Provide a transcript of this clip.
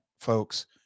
folks